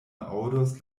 aŭdos